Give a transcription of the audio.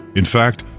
in fact,